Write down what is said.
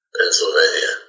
Pennsylvania